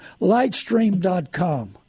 lightstream.com